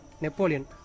Napoleon